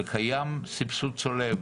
וקיים סבסוד צולב.